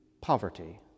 poverty